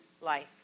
life